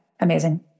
Amazing